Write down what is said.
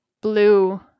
blue